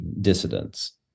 dissidents